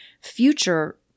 future